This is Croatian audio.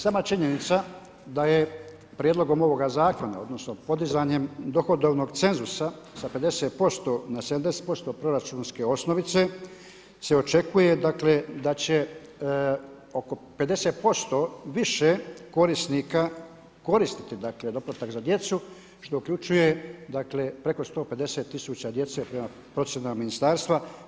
Sama činjenica da je prijedlogom ovoga zakona, odnosno podizanjem dohodovnog cenzusa sa 50% na 70% proračunske osnovice se očekuje da će oko 50% više korisnika koristiti doplatak za djecu, što uključuje preko 150 000 djece prema procjenama ministarstva.